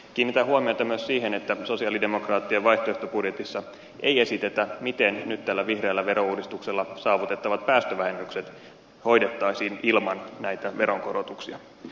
kiinnitän huomiota myös siihen että sosialidemokraattien vaihtoehtobudjetissa ei esitetä miten nyt tällä vihreällä verouudistuksella saavutettavat päästövähennykset hoidettaisiin ilman näitä veronkorotuksia